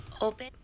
open